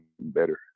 better